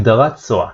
הגדרת SOA